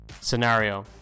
scenario